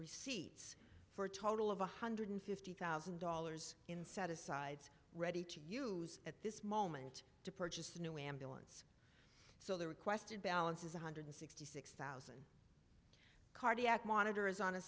receipts for a total of one hundred fifty thousand dollars in set asides ready to use at this moment to purchase the new ambulance so the requested balance is one hundred sixty six thousand cardiac monitor is on a